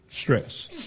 stress